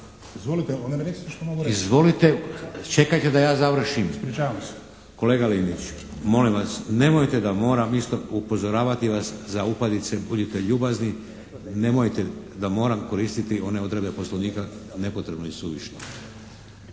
**Šeks, Vladimir (HDZ)** Kolega Liniću, molim vas, nemojte da moram isto upozoravati vas za upadice. Budite ljubazni, nemojte da moram koristiti one odredbe Poslovnika nepotrebno i suvišno.